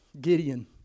Gideon